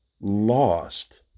lost